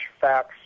facts